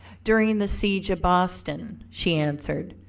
during the siege of boston, she answered,